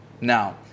Now